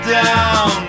down